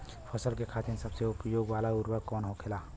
फसल के खातिन सबसे उपयोग वाला उर्वरक कवन होखेला?